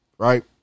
Right